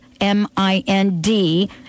M-I-N-D